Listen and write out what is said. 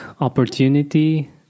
opportunity